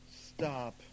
stop